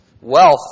Wealth